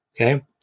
Okay